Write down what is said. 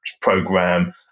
program